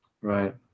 Right